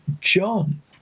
John